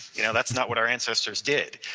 you know that's not what our ancestors did,